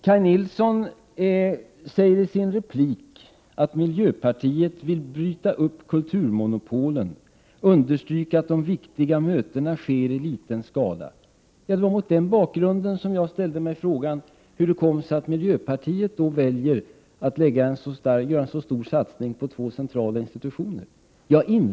Kaj Nilsson säger i sin replik att miljöpartiet vill bryta upp kulturmonopolen och understryka att de viktiga mötena sker i liten skala. Ja, det var mot den bakgrunden som jag ställde mig frågan hur det kommer sig att Prot. 1988/89:86 miljöpartiet då väljer att göra en så stor satsning på två centrala institu 22 mars 1989 tioner.